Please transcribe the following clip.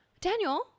daniel